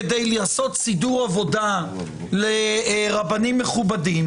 כדי לדאוג לסידור עבודה לרבנים מכובדים